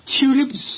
Tulips